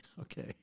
Okay